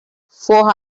four